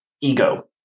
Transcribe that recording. ego